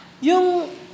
yung